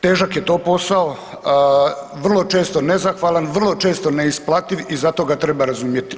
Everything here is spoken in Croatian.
Težak je to posao, vrlo često nezahvalan, vrlo često neisplativ i zato ga treba razumjet.